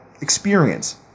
experience